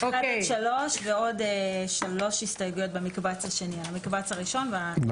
אז יש לנו 3-1 במקבץ הראשון ועוד שלוש הסתייגויות במקבץ השני.